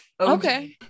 Okay